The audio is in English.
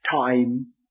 Time